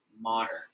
modern